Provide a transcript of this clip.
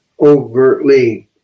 overtly